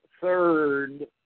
third